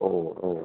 ഓ ഓ